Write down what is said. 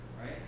right